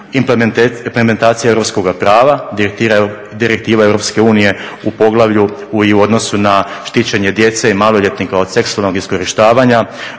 Implementacija europskoga prava, Direktiva EU u poglavlju i u odnosu na štićenje djece i maloljetnika od seksualnog iskorištavanja